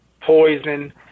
poison